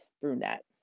brunette